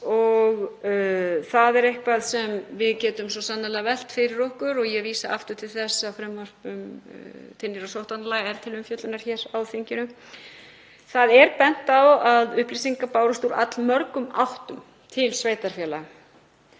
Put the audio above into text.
og það er eitthvað sem við getum svo sannarlega velt fyrir okkur og ég vísa aftur til þess að frumvarp til nýrra sóttvarnalaga er til umfjöllunar hér í þinginu. Það er bent á að upplýsingar bárust úr allmörgum áttum til sveitarfélaga